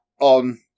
on